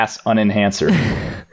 unenhancer